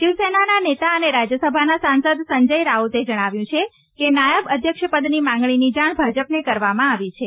શિવસેનાના નેતા અને રાજ્યસભાના સાંસદ સંજય રાઉતે જણાવ્યું છે કે નાયબ અધ્યક્ષ પદની માંગણીની જાણ ભાજપને કરવામાં આવી છે